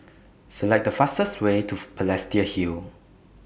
Select The fastest Way to Balestier Hill